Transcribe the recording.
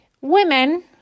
Women